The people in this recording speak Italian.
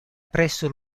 presso